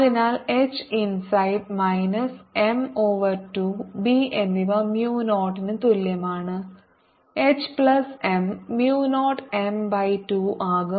അതിനാൽ H inside minus M over 2 B എന്നിവ mu 0 ന് തുല്യമാണ് H plus M mu 0 M by 2 ആകും